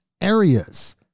areas